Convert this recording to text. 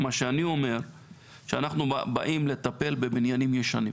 מה שאני אומר שאנחנו באים לטפל בבניינים ישנים,